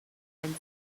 and